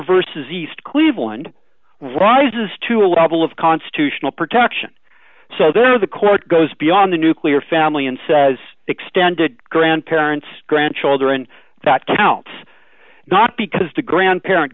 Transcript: vs east cleveland rises to a level of constitutional protection so there the court goes beyond the nuclear family and says extended grandparents grandchildren that counts not because the grandparent